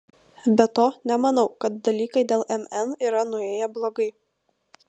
be to nemanau kad dalykai dėl mn yra nuėję blogai